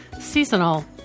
seasonal